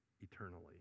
eternally